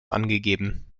angegeben